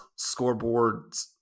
scoreboards